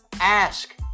ask